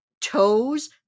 toes